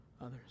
others